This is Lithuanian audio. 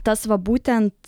tas va būtent